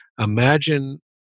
Imagine